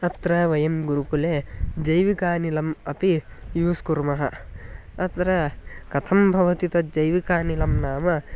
अत्र वयं गुरुकुले जैविकानिलम् अपि यूस् कुर्मः अत्र कथं भवति तत् जैविकानिलं नाम